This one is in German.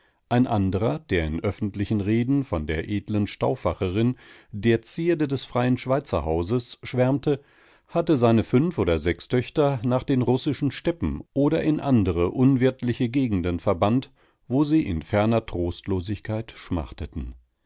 ein anderer der in öffentlichen reden von der edlen stauffacherin der zierde des freien schweizerhauses schwärmte hatte seine fünf oder sechs töchter nach den russischen steppen oder in andere unwirtliche gegenden verbannt wo sie in ferner trostlosigkeit schmachteten